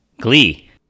Glee